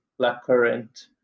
blackcurrant